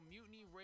Mutiny